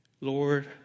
lord